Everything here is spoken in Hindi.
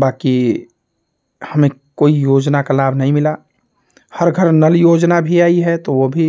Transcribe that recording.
बाकि हमें कोई योजना का लाभ नहीं मिला हर घर नल योजना भी आई है तो वह भी